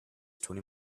twenty